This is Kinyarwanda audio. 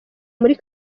muri